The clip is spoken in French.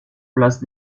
place